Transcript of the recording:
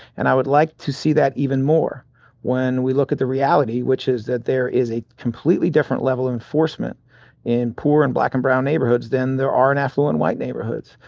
and i would like to see that even more when we look at the reality, which is that there is a completely different level of enforcement in poor and black and brown neighborhoods than there are in affluent white neighborhoods.